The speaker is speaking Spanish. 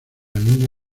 niña